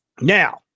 Now